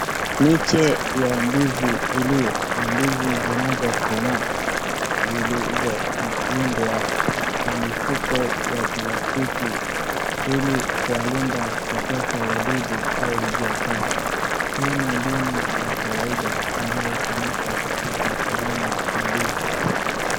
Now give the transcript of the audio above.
Miche ya ndizi illiyona ndizi zinazokomaa zilizolindwa na mifuko ya palstiki ili kuwalinda kutoka wadudu au jua kali. Hii ni mbinu ya kawaida inayotumika katika kilimo cha ndizi.